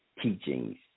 teachings